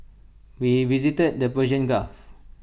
we visited the Persian gulf